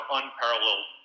unparalleled